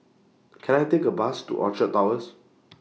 Can I Take A Bus to Orchard Towers